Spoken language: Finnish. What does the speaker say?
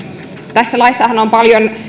tässä laissahan on paljon